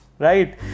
right